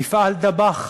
מפעל "דבאח",